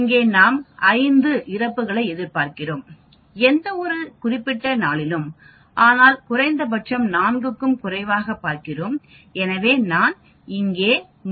இங்கே நாம் 5 இறப்புகளை எதிர்பார்க்கிறோம் எந்தவொரு குறிப்பிட்ட நாளிலும் ஆனால் குறைந்தபட்சம் 4 க்கும் குறைவாகவே பார்க்கிறோம் எனவே நான் இங்கே 3 ஐ வைத்திருக்கிறேன்